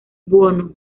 buono